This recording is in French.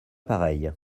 pareil